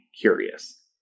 curious